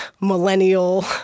millennial